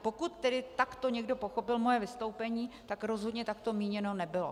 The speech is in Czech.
Pokud tedy takto někdo pochopil moje vystoupení, tak rozhodně tak to míněno nebylo.